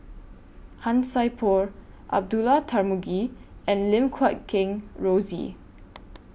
Han Sai Por Abdullah Tarmugi and Lim Guat Kheng Rosie